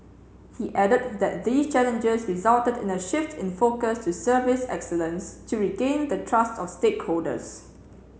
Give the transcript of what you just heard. he added that these challenges resulted in a shift in focus to service excellence to regain the trust of stakeholders